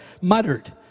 muttered